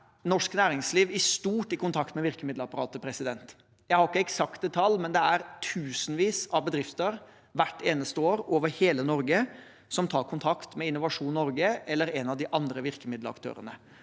Norsk næringsliv i stort er i kontakt med virkemiddelapparatet. Jeg har ikke eksakte tall, men det er tusenvis av bedrifter hvert eneste år over hele Norge som tar kontakt med Innovasjon Norge eller en av de andre virkemiddelaktørene,